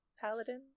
paladin